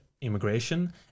immigration